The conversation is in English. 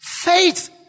Faith